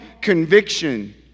conviction